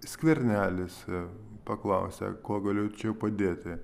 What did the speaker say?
skvernelis paklausė kuo galėčiau padėti